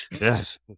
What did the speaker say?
yes